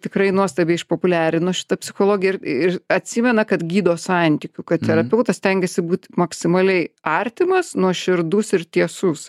tikrai nuostabiai išpopuliarino šitą psichologiją ir ir atsimena kad gydo santykiu kad terapeutas stengiasi būt maksimaliai artimas nuoširdus ir tiesus